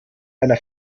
einer